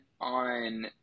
on